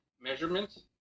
measurements